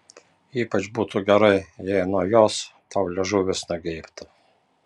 ypač būtų gerai jei nuo jos tau liežuvis nugeibtų